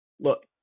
Look